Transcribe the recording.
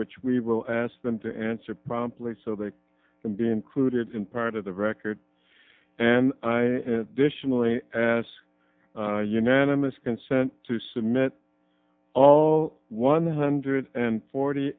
which we will ask them to answer promptly so they can be included in part of the record and viciously unanimous consent to submit all one hundred forty